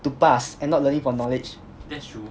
to pass and not learning for knowledge